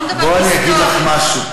אני לא מדברת על היסטוריה.